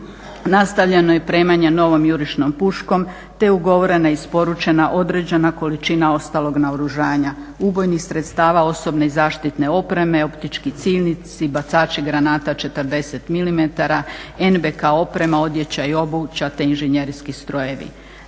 Nastavljeno je i opremanje novom jurišnom puškom te je ugovorena isporučena određena količina ostalog naoružanja, ubojnih sredstava, osobne i zaštitne opreme, optički ciljnici, bacači granata 40 mm, NBK oprema, odjeća i obuća, te inženjerijski strojevi.